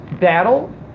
battle